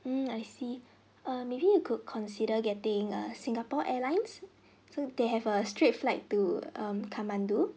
mm I see err maybe you could consider getting a singapore airlines so they have a straight flight to um kathmandu